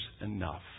enough